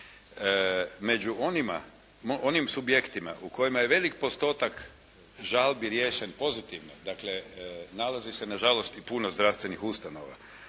Među onim subjektima u kojima je veliki postotak žalbi riješen pozitivno, dakle nalazi nažalost i puno zdravstvenih ustanova.